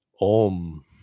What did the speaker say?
om